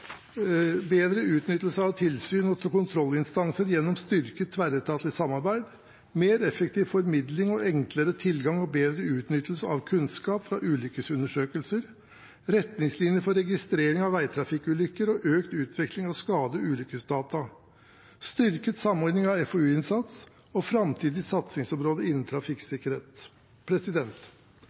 bedre utnyttelse av tilsyns- og kontrollinnsatsen gjennom styrket tverretatlig samarbeid mer effektiv formidling, enklere tilgang og bedre utnyttelse av kunnskap fra ulykkesundersøkelser retningslinjer for registrering av vegtrafikkulykker og økt utveksling av skade- og ulykkesdata styrket samordning av FoU-innsatsen framtidige satsingsområder innen trafikksikkerhet